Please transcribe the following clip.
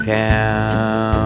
town